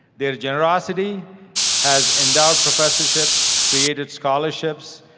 their generosity has endowed professorships, created scholarships,